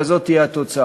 אבל זאת תהיה התוצאה.